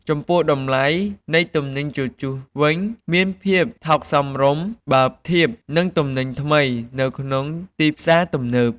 ចំពោះ តម្លៃ នៃទំនិញជជុះវិញ មានភាពថោកសមរម្យ បើធៀបនឹងទំនិញថ្មីនៅក្នុងទីផ្សារទំនើប។